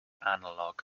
analog